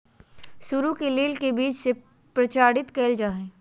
सरू के बेल के बीज से प्रचारित कइल जा हइ